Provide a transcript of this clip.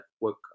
work